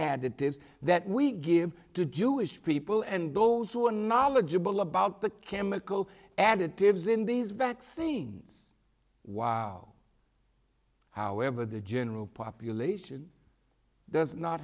additives that we give to jewish people and those who are knowledgeable about the chemical additives in these vaccines while however the general population does not